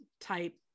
type